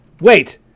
Wait